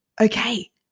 Okay